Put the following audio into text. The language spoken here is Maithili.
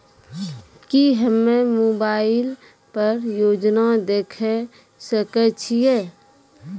की हम्मे मोबाइल पर योजना देखय सकय छियै?